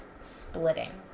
splitting